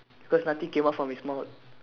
cause nothing came out from his mouth